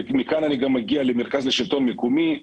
מכאן אני גם מגיע למרכז לשלטון מקומי.